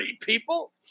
people